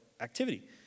activity